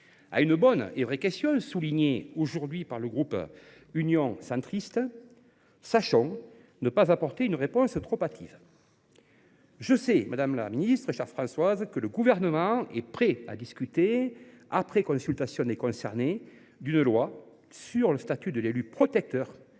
À une bonne et réelle question, soulevée aujourd’hui par le groupe Union Centriste, sachons ne pas apporter une réponse trop hâtive. Madame la ministre, chère Françoise Gatel, je sais que le Gouvernement est prêt à discuter, après consultation des concernés, d’une loi sur le statut de l’élu protecteur,